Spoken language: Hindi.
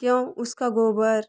क्यों उसका गोबर